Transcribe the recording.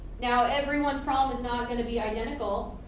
now everybody's problem is not going to be identical.